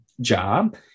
job